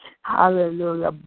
hallelujah